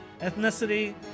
ethnicity